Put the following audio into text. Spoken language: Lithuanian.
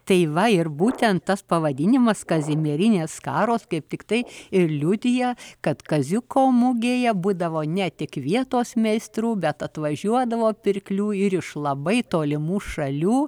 tai va ir būtent tas pavadinimas kazimierinės skaros kaip tiktai ir liudija kad kaziuko mugėje būdavo ne tik vietos meistrų bet atvažiuodavo pirklių ir iš labai tolimų šalių